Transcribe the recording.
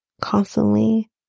constantly